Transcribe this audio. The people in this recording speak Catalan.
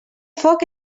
foc